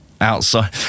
outside